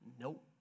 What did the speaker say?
Nope